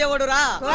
so around